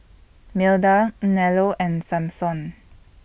Milda Nello and Samson